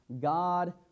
god